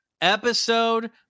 episode